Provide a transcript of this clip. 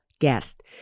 guest